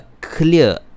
clear